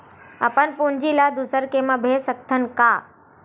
अपन पूंजी ला दुसर के मा भेज सकत हन का?